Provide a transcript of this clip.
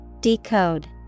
Decode